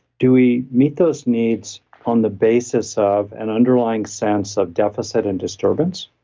do we meet those needs on the basis of an underlying sense of deficit and disturbance?